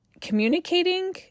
communicating